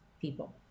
people